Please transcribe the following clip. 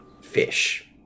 fish